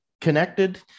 connected